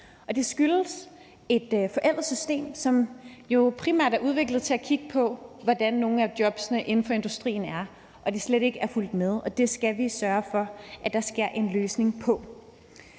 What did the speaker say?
Det skyldes et forældet system, som jo primært er udviklet til at kigge på, hvordan nogle af jobbene inden for industrien er, men som slet ikke er fulgt med tiden. Det skal vi sørge for at der kommer en løsning på,